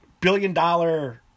billion-dollar